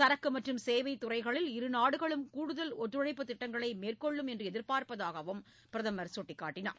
சரக்கு மற்றும் சேவை துறைகளில் இருநாடுகளும் கூடுதல் ஒத்துழைப்பு திட்டங்களை மேற்கொள்ளும் என்று எதிர்பார்ப்பதாக பிரதமர் சுட்டிக்காட்டினார்